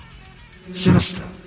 Sinister